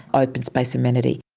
open space amenity.